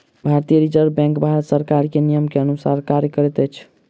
भारतीय reserve bank भारत सरकार के नियम के अनुसार कार्य करैत अछि